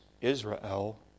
Israel